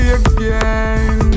again